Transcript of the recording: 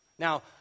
Now